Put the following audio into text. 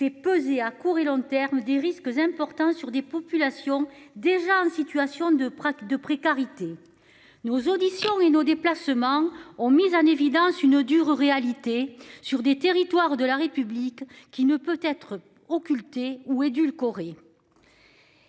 fait peser, à court et long terme des risques importants sur des populations déjà en situation de Prague de précarité nos auditions et nos déplacements ont mis en évidence une dure réalité sur des territoires de la République qui ne peut être occulté ou édulcoré.